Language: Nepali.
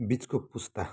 बिचको पुस्ता भनौँ